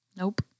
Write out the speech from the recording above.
Nope